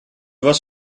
was